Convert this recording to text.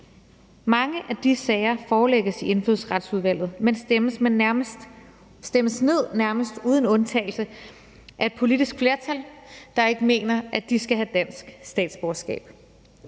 Mange af de sager forelægges Indfødsretsudvalget, men stemmes nærmest uden undtagelse ned af et politisk flertal, der ikke mener, at de mennesker skal have dansk statsborgerskab.